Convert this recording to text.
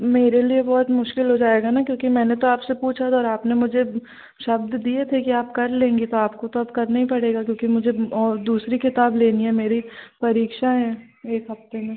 मेरे लिए बहुत मुश्किल हो जाएगा ना क्योंकि मैंने तो आपसे पूछा था और आपने मुझे शब्द दिए थे कि आप कर लेंगी तो आपको तो अब करना ही पड़ेगा क्योंकि मुझे और दूसरी किताब लेनी है मेरी परीक्षा है एक हफ्ते में